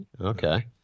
okay